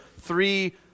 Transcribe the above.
three